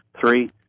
Three